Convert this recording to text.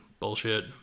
bullshit